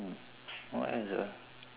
what else ah